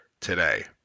today